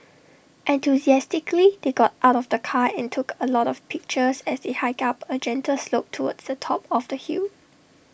enthusiastically they got out of the car and took A lot of pictures as they hiked up A gentle slope towards the top of the hill